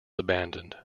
abandoned